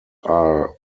are